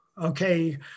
Okay